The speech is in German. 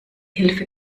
hilfe